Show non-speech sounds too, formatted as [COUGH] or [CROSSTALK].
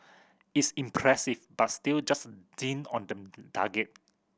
it's impressive but still just a dint on the [UNINTELLIGIBLE] target